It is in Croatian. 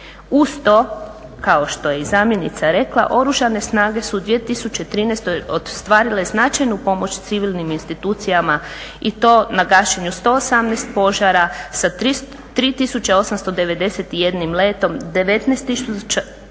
Uz to kao što je zamjenica i rekla Oružane snage su 2013.ostvarile značajnu pomoć civilnim institucijama i to na gašenju 118 požara sa 3.891 letom, 19.660 tona